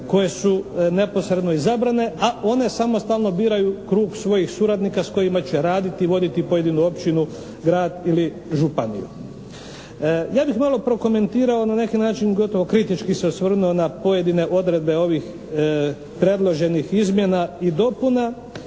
koje su neposredno izabrane a one samostalno biraju krug svojih suradnika s kojima će raditi i voditi pojedinu općinu, grad ili županiju. Ja bih malo prokomentirao na neki način gotovo kritički se osvrnuo na pojedine odredbe ovih predloženih izmjena i dopuna.